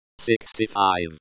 sixty-five